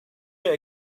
your